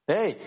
Hey